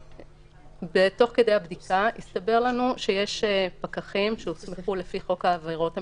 תוך כדי הבדיקה הסתבר לנו שיש פקחים שהוסמכו לפי חוק העבירות המנהליות,